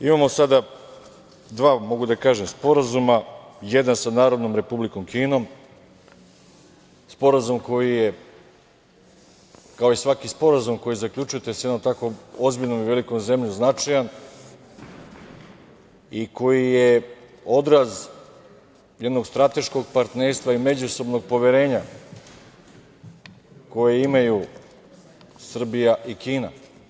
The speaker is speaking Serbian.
Imamo sada, mogu da kažem, sporazuma – jedan sa Narodnom Republikom Kinom, sporazum koji je, kao i svaki sporazum koji zaključujete sa jednom takvom ozbiljnom i velikom zemljom, značajan i koji je odraz jednog strateškog partnerstva i međusobnog poverenja koje imaju Srbija i Kina.